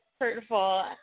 hurtful